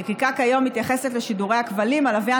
החקיקה כיום מייחסת לשידורי הכבלים, הלוויין